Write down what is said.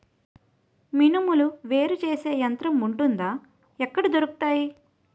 మినుములు వేరు చేసే యంత్రం వుంటుందా? ఎక్కడ దొరుకుతాయి?